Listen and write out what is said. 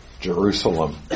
Jerusalem